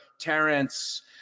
Terrence